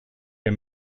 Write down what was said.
der